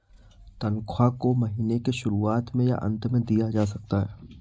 तन्ख्वाह को महीने के शुरुआत में या अन्त में दिया जा सकता है